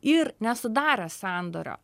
ir nesudaręs sandorio